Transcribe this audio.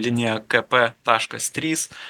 linija kp taškas trys